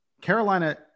Carolina